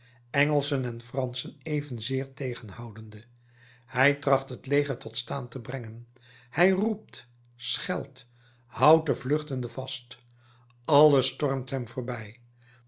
engelschen en franschen evenzeer tegenhoudende hij tracht het leger tot staan te brengen hij roept scheldt houdt de vluchtenden vast alles stormt hem voorbij